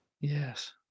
Yes